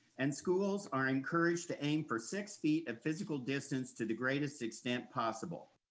and schools are encouraged to aim for six feet of physical distance to the greatest extent possible.